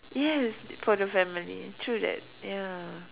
yes for the family true that ya